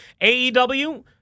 AEW